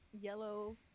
yellow